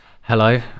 Hello